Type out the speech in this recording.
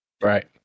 Right